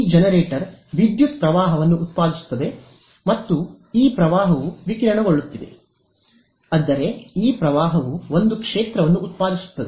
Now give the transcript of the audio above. ಈ ಜನರೇಟರ್ ವಿದ್ಯುತ್ ಪ್ರವಾಹವನ್ನು ಉತ್ಪಾದಿಸುತ್ತಿದೆ ಮತ್ತು ಈ ಪ್ರವಾಹವು ವಿಕಿರಣಗೊಳ್ಳುತ್ತಿದೆ ಅಂದರೆ ಈ ಪ್ರವಾಹವು ಒಂದು ಕ್ಷೇತ್ರವನ್ನು ಉತ್ಪಾದಿಸುತ್ತದೆ